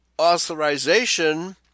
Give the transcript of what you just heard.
authorization